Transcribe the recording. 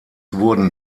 wurden